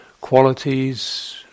qualities